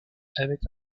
avait